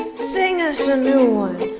sing us a new one.